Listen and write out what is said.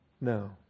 No